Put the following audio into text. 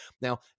Now